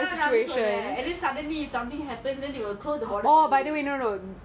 I don't know